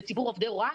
בציבור עובדי ההוראה,